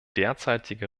derzeitige